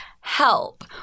help